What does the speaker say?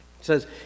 says